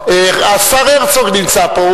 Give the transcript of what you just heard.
השר הרצוג נמצא פה,